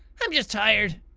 i'm just tired.